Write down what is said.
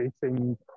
facing